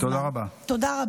תודה רבה.